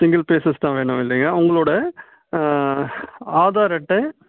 single phases தான் வேணும் இல்லையா உங்களோட ஆதார் அட்டை